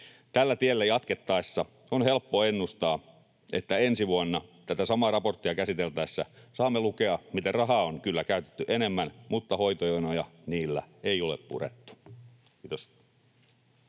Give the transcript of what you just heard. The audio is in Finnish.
Tällä tiellä jatkettaessa on helppo ennustaa, että ensi vuonna tätä samaa raporttia käsiteltäessä saamme lukea, miten rahaa on kyllä käytetty enemmän mutta hoitojonoja niillä ei ole purettu. — Kiitos.